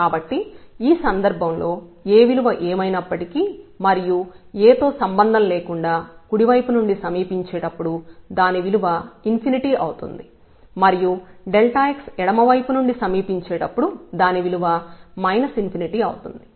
కాబట్టి ఈ సందర్భంలో A విలువ ఏమైనప్పటికీ మరియు A తో సంబంధం లేకుండా కుడివైపు నుండి సమీపించేటప్పుడు దాని విలువ అవుతుంది మరియు x ఎడమవైపు నుండి సమీపించేటప్పుడు దాని విలువ అవుతుంది